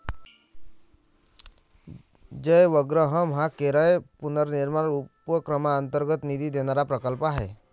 जयवग्रहम हा केरळ पुनर्निर्माण उपक्रमांतर्गत निधी देणारा प्रकल्प आहे